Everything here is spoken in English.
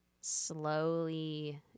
slowly